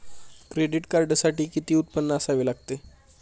Credit कार्डसाठी किती उत्पन्न असावे लागते?